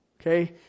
okay